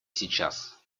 сейчас